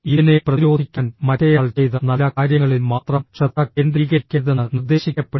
ഇതിനെ പ്രതിരോധിക്കാൻ മറ്റേയാൾ ചെയ്ത നല്ല കാര്യങ്ങളിൽ മാത്രം ശ്രദ്ധ കേന്ദ്രീകരിക്കരുതെന്ന് നിർദ്ദേശിക്കപ്പെടുന്നു